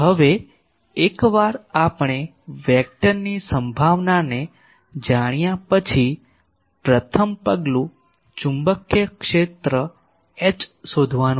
હવે એકવાર આપણે વેક્ટરની સંભાવનાને જાણ્યા પછી પ્રથમ પગલું ચુંબકીય ક્ષેત્ર H શોધવાનું છે